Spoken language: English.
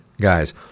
guys